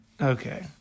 Okay